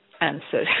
answer